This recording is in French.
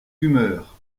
humeur